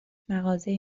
مغازه